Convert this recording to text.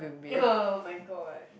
[oh]-my-god